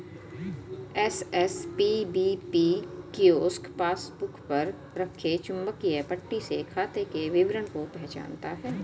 SSPBP kiosk passbook पर रखे चुंबकीय पट्टी से खाते के विवरण को पहचानता है